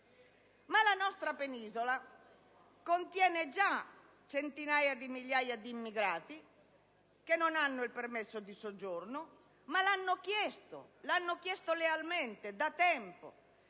Ma la nostra penisola contiene già centinaia di migliaia di immigrati, che non hanno il permesso di soggiorno ma l'hanno chiesto lealmente da tempo